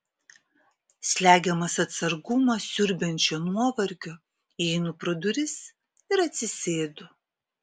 slegiamas atsargumą siurbiančio nuovargio įeinu pro duris ir atsisėdu